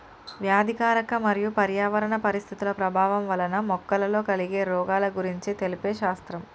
వ్యాధికారక మరియు పర్యావరణ పరిస్థితుల ప్రభావం వలన మొక్కలలో కలిగే రోగాల గురించి తెలిపే శాస్త్రం